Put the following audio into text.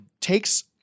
takes